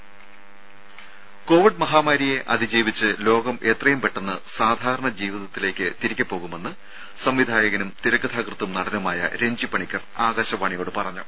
രംഭ Covid മഹാമാരിയെ അതിജീവിച്ച് ലോകം എത്രയും പെട്ടെന്ന് സാധാരണ ജീവിതത്തിലേക്ക് തിരികെ പോകുമെന്ന് സംവിധായകനും തിരക്കഥാകൃത്തും നടനുമായ രഞ്ജി പണിക്കർ ആകാശവാണിയോട് പറഞ്ഞു